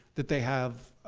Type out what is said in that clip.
that they have